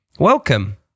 Welcome